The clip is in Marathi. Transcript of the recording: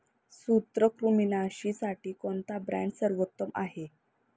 सूत्रकृमिनाशीसाठी कोणता ब्रँड सर्वोत्तम आहे?